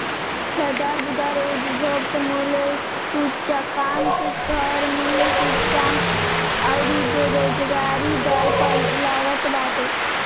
संदर्भ दर उपभोक्ता मूल्य सूचकांक, घर मूल्य सूचकांक अउरी बेरोजगारी दर पअ लागत बाटे